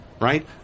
right